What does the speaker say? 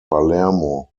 palermo